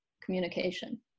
communication